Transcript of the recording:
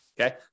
Okay